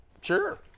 Sure